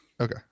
Okay